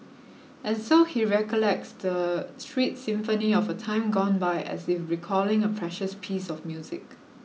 and so he recollects the street symphony of a time gone by as if recalling a precious piece of music